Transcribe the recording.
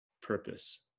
purpose